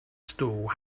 stall